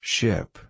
Ship